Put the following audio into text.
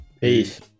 Peace